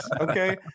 Okay